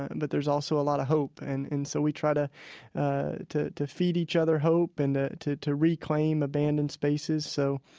and but there's also a lot of hope. and and so we tried to to feed each other hope and ah to to reclaim abandoned spaces. so,